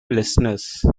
listeners